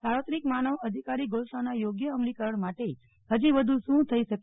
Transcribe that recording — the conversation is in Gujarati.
સાર્વત્રિક માનવ અધિકારી ઘોષણાના યોગ્ય અમલીકરણ માટે હજી વધુ શું થઇ શકે